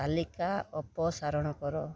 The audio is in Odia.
ତାଲିକା ଅପସାରଣ କର